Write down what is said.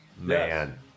man